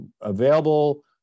available